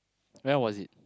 where was it